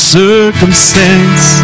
circumstance